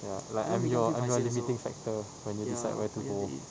ya like I'm your I'm your limiting factor when you decide where to go